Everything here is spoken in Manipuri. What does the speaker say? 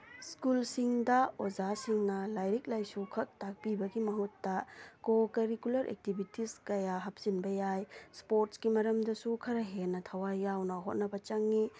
ꯁ꯭ꯀꯨꯜꯁꯤꯡꯗ ꯑꯣꯖꯥꯁꯤꯡꯅ ꯂꯥꯏꯔꯤꯛ ꯂꯥꯏꯁꯨ ꯈꯛ ꯇꯥꯛꯄꯤꯕꯒꯤ ꯃꯍꯨꯠꯇ ꯀꯣ ꯀꯔꯤꯀꯨꯂꯔ ꯑꯦꯛꯇꯤꯚꯤꯇꯤꯁ ꯀꯌꯥ ꯍꯥꯞꯆꯤꯟꯕ ꯌꯥꯏ ꯁ꯭ꯄꯣꯔꯠꯁꯀꯤ ꯃꯔꯝꯗꯁꯨ ꯈꯔ ꯍꯦꯟꯅ ꯊꯋꯥꯏ ꯌꯥꯎꯅ ꯍꯣꯠꯅꯕ ꯆꯪꯏ